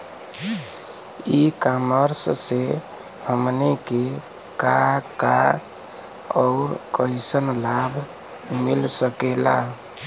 ई कॉमर्स से हमनी के का का अउर कइसन लाभ मिल सकेला?